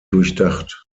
durchdacht